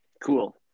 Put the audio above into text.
Cool